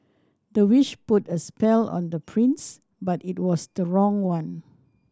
the witch put a spell on the prince but it was the wrong one